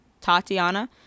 tatiana